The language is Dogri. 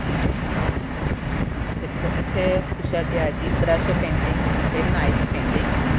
दिक्खो जी ब्रश पेंटिंग ते नाईफ पेंटिंग